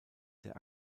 der